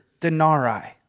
denari